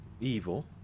evil